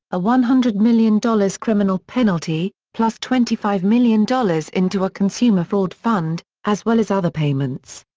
a one hundred million dollars criminal penalty, plus twenty five million dollars into a consumer fraud fund, as well as other payments.